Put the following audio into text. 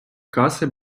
каси